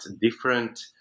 different